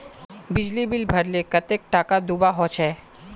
बिजली बिल भरले कतेक टाका दूबा होचे?